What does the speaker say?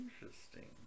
Interesting